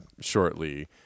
shortly